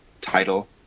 title